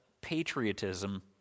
patriotism